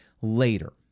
later